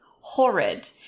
horrid